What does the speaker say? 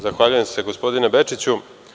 Zahvaljujem se, gospodine Bečiću.